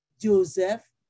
Joseph